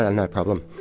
ah no problem.